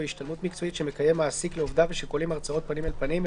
השתלמות מקצועית שמקיים מעסיק לעובדיו ושכוללים הרצאות פנים אל פנים,